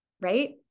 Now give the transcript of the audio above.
right